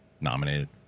Nominated